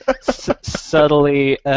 subtly